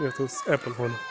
یَتھ أسۍ اٮ۪پٕل